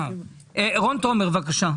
רון תומר, בבקשה.